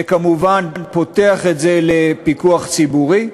זה כמובן פותח את זה לפיקוח ציבורי,